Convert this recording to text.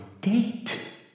date